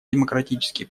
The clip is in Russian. демократические